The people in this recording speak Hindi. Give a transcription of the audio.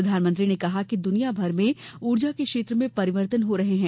प्रधानमंत्री ने कहा कि दुनिया भर में ऊर्जा के क्षेत्र में परिवर्तन हो रहे हैं